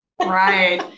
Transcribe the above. Right